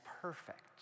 perfect